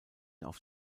auf